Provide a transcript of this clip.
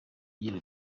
agira